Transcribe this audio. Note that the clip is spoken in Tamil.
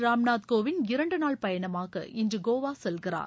ராம்நாத் கோவிந்த் இரண்டு நாள் பயணமாக இன்று கோவா செல்கிறார்